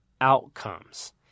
outcomes